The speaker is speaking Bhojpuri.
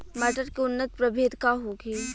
मटर के उन्नत प्रभेद का होखे?